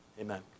Amen